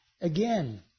Again